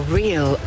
real